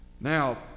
Now